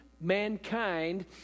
mankind